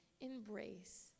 embrace